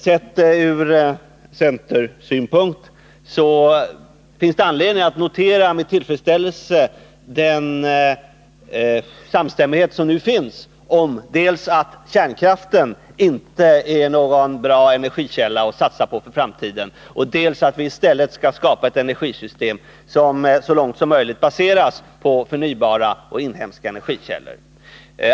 Sett ur centerns synpunkt finns det anledning att med tillfedsställelse notera den samstämmighet som nu finns om dels att kärnkraften inte är någon bra energikälla att satsa på för framtiden, dels att vi i stället skall skapa ett energisystem som så långt som möjligt baseras på förnybara och inhemska energikällor.